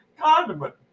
condiment